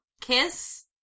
kiss